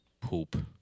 poop